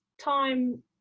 time